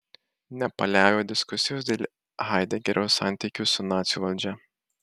nepaliauja diskusijos dėl haidegerio santykių su nacių valdžia